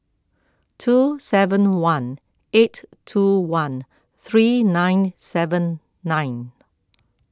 two seven one eight two one three nine seven nine